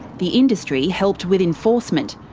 the industry helped with enforcement,